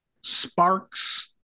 Sparks